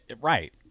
right